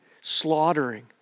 slaughtering